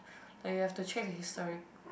like you have to check the history